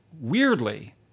Weirdly